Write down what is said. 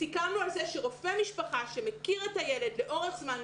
סיכמנו על זה שרופא משפחה שמכיר את הילד לאורך זמן,